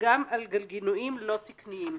גם על גלגינועים לא תקניים,